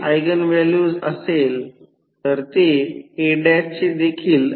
आम्हाला X2 R2 Z 2 माहित आहे